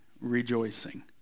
rejoicing